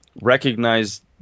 recognize